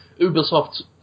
Ubisoft